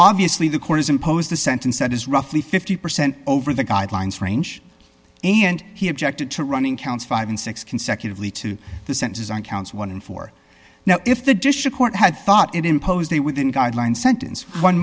obviously the court imposed the sentence that is roughly fifty percent over the guidelines range and he objected to running counts five dollars and six dollars consecutively to the senses on counts one in four now if the dish a court had thought it imposed a within guidelines sentence one